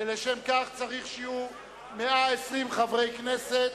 ולשם כך צריך שיהיו 120 חברי כנסת